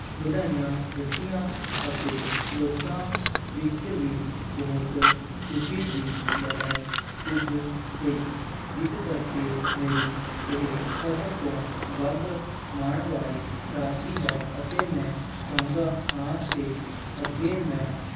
ਵਧਾਈਆਂ ਦਿੱਤੀਆਂ ਅਤੇ ਲੋਕਾਂ ਵਿੱਚ ਵੀ ਬਹੁਤ ਖੁਸ਼ੀ ਦੀ ਲਹਿਰ ਪੁੱਜ ਗਈ ਜਿਸ ਕਰਕੇ ਮੇਰੀ ਇਹ ਸਭ ਤੋਂ ਵੱਧ ਮਾਣ ਵਾਲੀ ਪ੍ਰਾਪਤੀ ਹੈ ਅਤੇ ਮੈਂ ਚਾਹੁੰਦਾ ਹਾਂ ਕਿ ਅੱਗੇ ਮੈਂ